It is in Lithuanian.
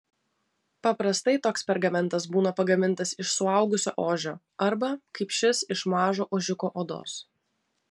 paprastai toks pergamentas būna pagamintas iš suaugusio ožio arba kaip šis iš mažo ožiuko odos